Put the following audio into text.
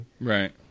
Right